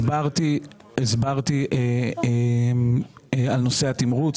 הסברתי על נושא התמרוץ.